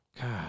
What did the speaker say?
God